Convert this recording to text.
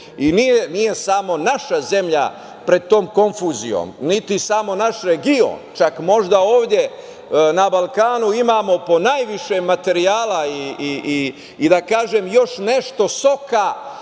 nije samo naša zemlja pred tom konfuzijom, niti samo naš region, čak možda ovde na Balkanu imamo ponajviše materijala i da kažem, još nešto soka,